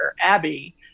Abby